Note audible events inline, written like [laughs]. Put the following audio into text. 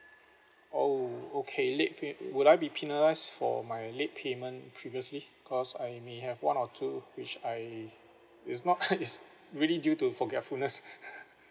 oh okay late pay~ will I be penalise for my late payment previously because I may have one or two which I it's not nice [laughs] really due to forgetfulness [laughs]